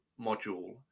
module